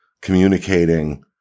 communicating